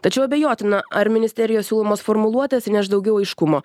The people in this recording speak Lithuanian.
tačiau abejotina ar ministerijos siūlomos formuluotės įneš daugiau aiškumo